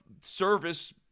service